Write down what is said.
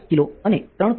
5k અને 3